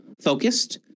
focused